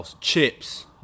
Chips